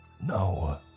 No